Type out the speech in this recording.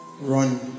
run